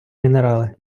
мінерали